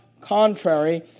contrary